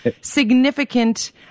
significant